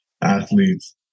athletes